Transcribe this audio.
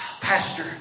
Pastor